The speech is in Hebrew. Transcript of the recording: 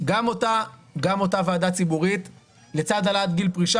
אותה ועדה ציבורית לצד העלאת גיל פרישה